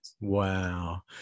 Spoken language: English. Wow